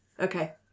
Okay